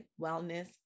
wellness